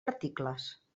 articles